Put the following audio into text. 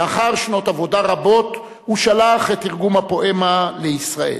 לאחר שנות עבודה רבות הוא שלח את תרגום הפואמה לישראל.